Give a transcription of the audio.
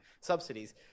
subsidies